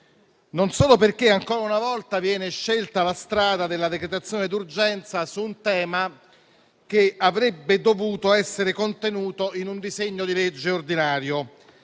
non solo perché, ancora una volta, viene scelta la strada della decretazione d'urgenza su un tema che avrebbe dovuto essere contenuto in un disegno di legge ordinario.